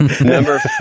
Number